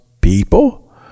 people